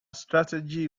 strategy